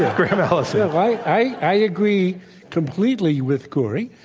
graham allison. i i agree completely with kori,